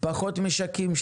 פחות משקים,